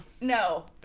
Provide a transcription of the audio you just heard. No